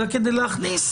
אלא כדי להבטיח,